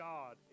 God